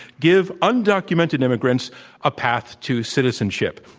give undocumented immigrants a path to citizenship.